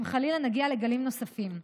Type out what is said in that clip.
אם חלילה נגיע לגלים נוספים.